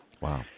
Wow